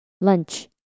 lunch